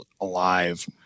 alive